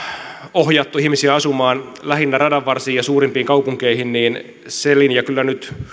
ohjattu ihmisiä asumaan lähinnä radanvarsiin ja suurimpiin kaupunkeihin niin se linja kyllä nyt